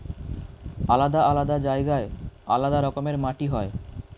আলাদা আলাদা জায়গায় আলাদা রকমের মাটি হয়